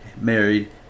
married